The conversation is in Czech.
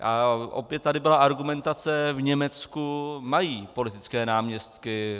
A opět tady byla argumentace v Německu mají politické náměstky.